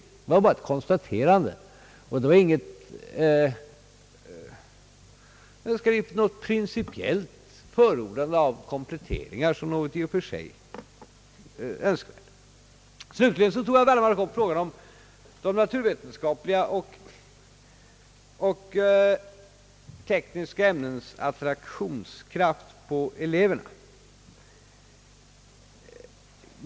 Detta var bara ett konstaterande — jag framställde kompletteringar som någonting i och för sig önskvärt. Slutligen tog herr Wallmark upp frågan om de naturvetenskapliga och tekniska ämnenas attraktionskraft på eleverna.